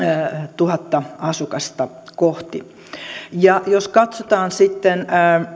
tuhatta asukasta kohti viisitoista jos katsotaan sitten